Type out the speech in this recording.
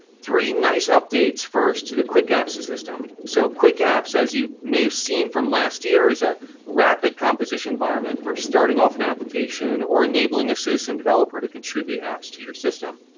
three nice updates first to the quick apps system. so, quick apps, say you may have seen from last year, is a rapid composition environment for starting off an application or enabling a system developer to contribute apps to your system.